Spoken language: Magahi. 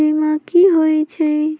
बीमा कि होई छई?